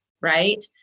right